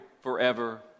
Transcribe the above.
forever